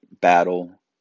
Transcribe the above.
battle